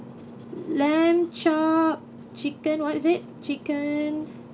lamb chop chicken what is it chicken